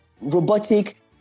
robotic